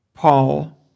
Paul